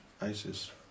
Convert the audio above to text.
ISIS